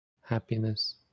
happiness